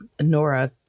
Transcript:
Nora